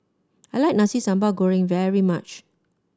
I like Nasi Sambal Goreng very much